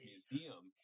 Museum